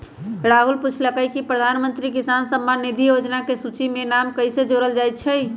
राहुल पूछलकई कि प्रधानमंत्री किसान सम्मान निधि योजना के सूची में नाम कईसे जोरल जाई छई